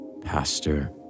pastor